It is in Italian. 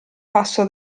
passo